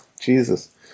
Jesus